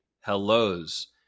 hellos